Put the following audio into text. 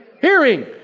hearing